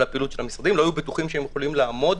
משרדי ממשלה לא היו בטוחים שהם יכולים לעמוד,